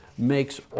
makes